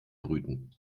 brüten